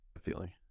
feeling